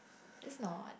that's not